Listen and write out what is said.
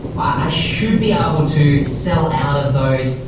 i should be able to sell out of those,